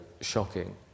shocking